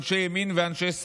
אנשי ימין ואנשי שמאל.